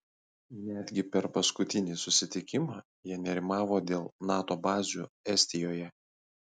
netgi per paskutinį susitikimą jie nerimavo dėl nato bazių estijoje